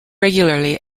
regularly